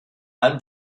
allem